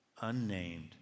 unnamed